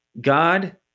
God